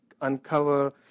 uncover